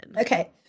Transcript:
Okay